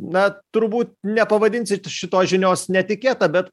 na turbūt nepavadinsit šitos žinios netikėta bet